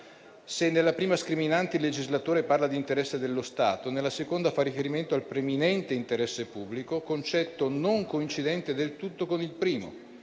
Se nella prima scriminante il legislatore parla di interesse dello Stato, nella seconda fa riferimento al preminente interesse pubblico, concetto non coincidente del tutto con il primo.